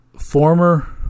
Former